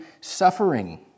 suffering